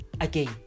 again